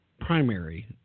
primary